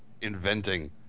inventing